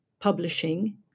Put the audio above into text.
publishing